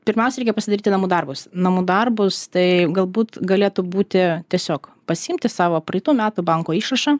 pirmiausiai reikia pasidaryti namų darbus namų darbus tai galbūt galėtų būti tiesiog pasiimti savo praeitų metų banko išrašą